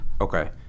Okay